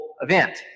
event